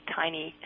tiny